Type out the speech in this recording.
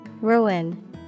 Ruin